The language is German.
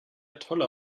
tolle